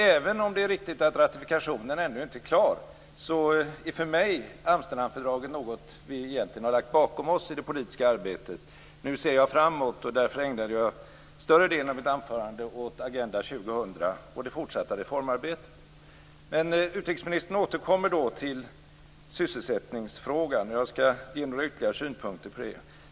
Även om det är riktigt att ratifikationen ännu inte är klar, är Amsterdamfördraget för mig något som vi egentligen har lagt bakom oss i det politiska arbetet. Nu ser jag fram emot, och ägnade därför större delen av mitt anförande åt, Agenda 2000 och det forsatta reformarbetet. Men utrikesministern återkommer då till sysselsättningsfrågan. Jag skall ge några ytterligare synpunkter på den.